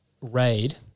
raid